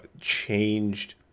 changed